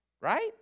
right